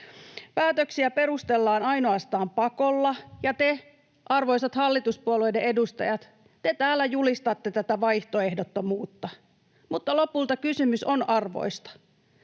Päätöksiä perustellaan ainoastaan pakolla, ja te, arvoisat hallituspuolueiden edustajat, täällä julistatte tätä vaihtoehdottomuutta. Mutta lopulta kysymys on arvoista,